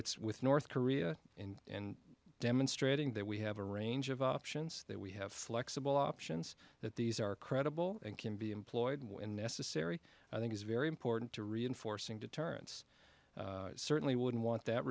it's with north korea in and demonstrating that we have a range of options that we have flexible options that these are credible and can be employed when necessary i think is very important to reinforcing deterrence certainly wouldn't want that